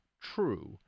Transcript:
true